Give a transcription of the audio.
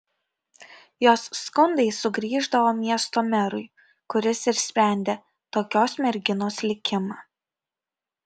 jos skundai sugrįždavo miesto merui kuris ir sprendė tokios merginos likimą